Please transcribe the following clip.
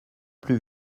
plus